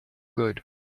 good